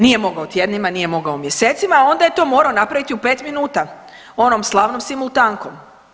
Nije mogao tjednima, nije mogao mjesecima, a onda je to morao napraviti u 5 minuta, onom slavnom simultankom.